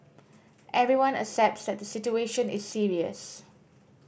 everyone accepts that the situation is serious